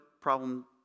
problem